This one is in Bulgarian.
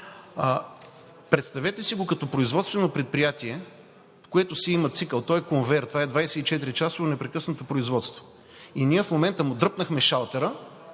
Представете си го като производствено предприятие, което си има цикъл – той е конвейер. Това е 24-часово непрекъснато производство и ние в момента му дръпнахме шалтера